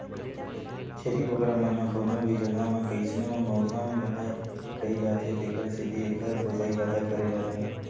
छेरी बोकरा मन ह कोनो भी जघा म कइसनो मउसम राहय रहि जाथे तेखर सेती एकर पोसई जादा करे जाथे